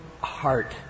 heart